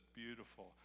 beautiful